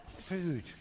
Food